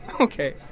Okay